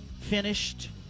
finished